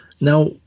Now